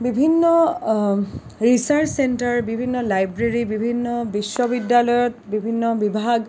বিভিন্ন research centre বিভিন্ন library বিভিন্ন বিশ্ববিদ্যালয়ত বিভিন্ন বিভাগ